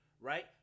right